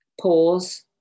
pause